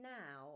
now